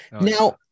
Now